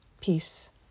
Peace